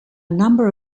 number